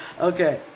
Okay